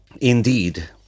Indeed